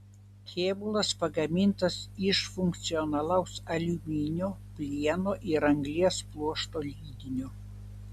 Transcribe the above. kėbulas pagamintas iš funkcionalaus aliuminio plieno ir anglies pluošto lydinio